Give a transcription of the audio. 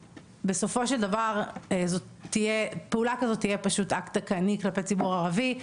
בסופו של דבר פעולה כזאת תהיה פשוט אקט דכאני כלפי הציבור הערבי,